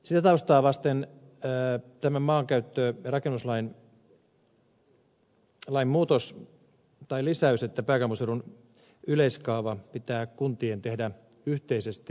sitä taustaa vasten täytyy arvioida tämä maankäyttö ja rakennuslain muutos tai lisäys että kuntien pitää tehdä pääkaupunkiseudun yleiskaava yhteisesti